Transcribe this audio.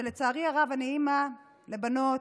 לצערי הרב: אני אימא לבנות,